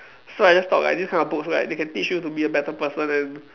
so I just thought like these kind of books like they can teach you to be a better person and